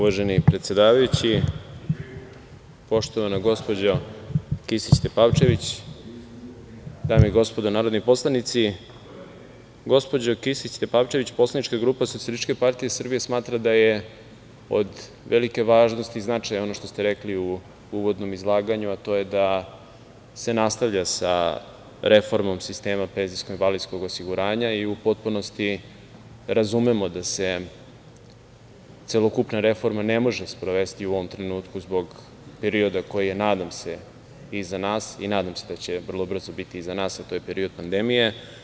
Poštovana gospođo Kisić Tepavčević, dame i gospodo narodni poslanici, gospođo Kisić Tepavčević, poslanička grupa SPS smatra da je od velike važnosti i značaja ono što ste rekli u uvodnom izlaganju, a to je da se nastavlja sa reformom sistema penzijskog i invalidskog osiguranja i u potpunosti razumemo da se celokupna reforma ne može sprovesti u ovom trenutku zbog perioda koji je, nadam se, iza nas i nadam se da će vrlo brzo biti iza nas, a to je period pandemije.